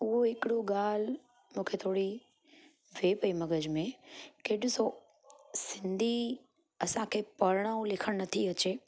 उहो हिकिड़ो ॻाल्हि मूंखे थोरी थिए पेई मग़ज़ में के ॾिसो सिंधी असां खे पढ़ण ऐं लिखण नथी अचे